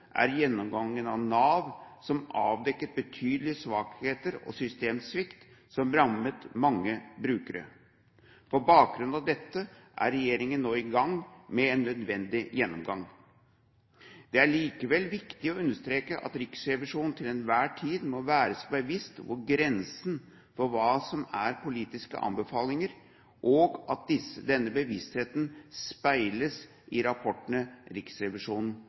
er gjennomgangen av Nav, som avdekket betydelige svakheter og systemsvikt som rammet mange brukere. På bakgrunn av dette er regjeringen nå i gang med en nødvendig gjennomgang. Det er likevel viktig å understreke at Riksrevisjonen til enhver tid må være seg bevisst hvor grensen for hva som er politiske anbefalinger, går, og at denne bevisstheten speiles i rapportene Riksrevisjonen